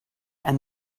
and